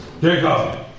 Jacob